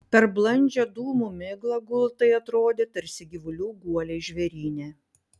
per blandžią dūmų miglą gultai atrodė tarsi gyvulių guoliai žvėryne